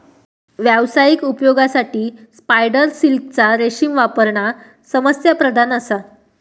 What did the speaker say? व्यावसायिक उपयोगासाठी स्पायडर सिल्कचा रेशीम वापरणा समस्याप्रधान असा